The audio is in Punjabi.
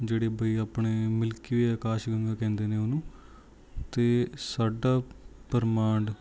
ਜਿਹੜੇ ਬਈ ਆਪਣੇ ਮਿਲਕੀਵੇ ਅਕਾਸ਼ ਗੰਗਾ ਕਹਿੰਦੇ ਨੇ ਉਹਨੂੰ ਅਤੇ ਸਾਡਾ ਬ੍ਰਹਿਮੰਡ